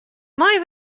meie